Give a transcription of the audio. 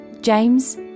James